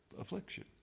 affliction